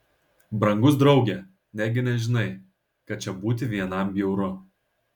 brangus drauge negi nežinai kad čia būti vienam bjauru